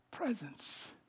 Presence